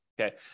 okay